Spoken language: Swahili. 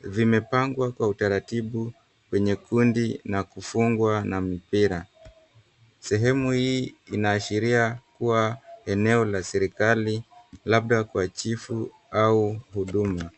vimepangwa kwa utaratibu kwenye kundi na kufungwa na mpira. Sehemu hii inaashiria kuwa eneo la serikali labda kwa chifu au huduma.